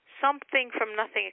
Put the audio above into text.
something-from-nothing